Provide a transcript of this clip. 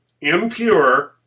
impure